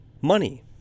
Money